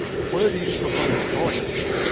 where do you propose going to